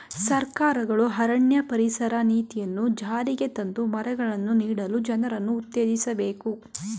ಸರ್ಕಾರಗಳು ಅರಣ್ಯ ಪರಿಸರ ನೀತಿಯನ್ನು ಜಾರಿಗೆ ತಂದು ಮರಗಳನ್ನು ನೀಡಲು ಜನರನ್ನು ಉತ್ತೇಜಿಸಬೇಕು